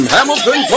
Hamilton